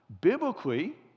Biblically